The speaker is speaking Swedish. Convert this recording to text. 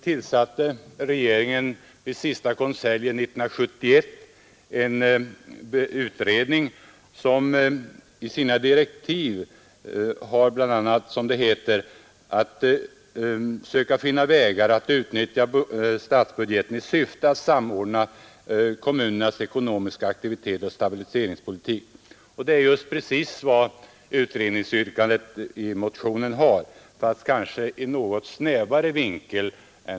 Vid den sista konseljen 1971 tillsatte regeringen en utredning som enligt sina direktiv har att söka finna vägar att utnyttja statsbudgeten i syfte att samordna kommunernas ekonomiska aktivitet med stabilise ringspolitiken. Det är precis vad utredningsyrkandet i motionen går ut på, fast kanske ur något snävare vinkel.